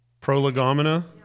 Prolegomena